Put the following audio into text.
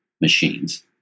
Machines